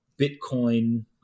Bitcoin